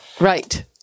Right